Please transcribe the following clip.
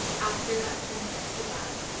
after that ten minutes is up,